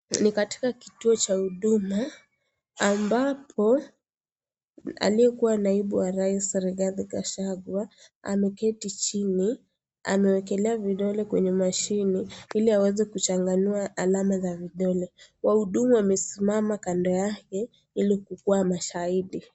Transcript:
Ni katika kituo cha huduma ambapo aliyekuwa naibu wa rahisi Righathi Gachagua ameketi chini , amewekelea vidole kwenye machini iliaweze kuchanganua vidole, wahudumu wamesimama kando yake ili waweze kuwa mashahidi.